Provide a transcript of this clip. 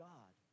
God